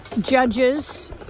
judges